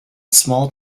small